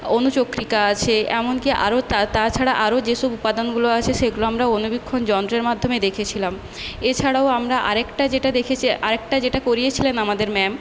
অণুচক্রিকা আছে এমনকি আরো তাছাড়া আরো যেসব উপাদানগুলো আছে সেগুলো আমরা অণুবীক্ষণ যন্ত্রের মাধ্যমে দেখেছিলাম এছাড়াও আমরা আরেকটা যেটা দেখেছি আরেকটা যেটা করিয়েছিলেন আমাদের ম্যাম